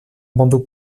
bandeau